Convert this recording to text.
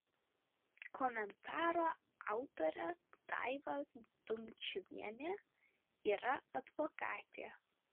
komentaro autorė daiva dumčiuvienė yra advokatė